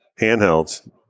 handhelds